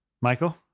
Michael